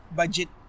budget